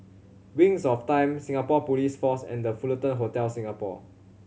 Wings of Time Singapore Police Force and The Fullerton Hotel Singapore